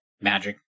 magic